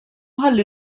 ħalli